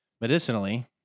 Medicinally